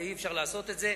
אי-אפשר לעשות את זה.